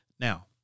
Now